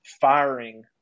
firing